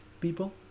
people